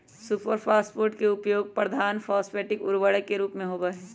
super phosphate के उपयोग प्रधान फॉस्फेटिक उर्वरक के रूप में होबा हई